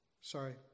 Sorry